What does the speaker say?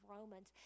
Romans